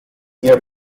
year